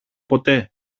ποτέ